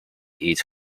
its